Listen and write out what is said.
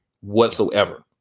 whatsoever